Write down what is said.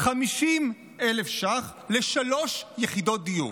50,000 ש"ח לשלוש יחידות דיור,